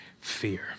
fear